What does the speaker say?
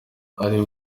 ari